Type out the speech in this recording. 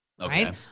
right